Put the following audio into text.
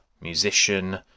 musician